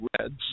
Reds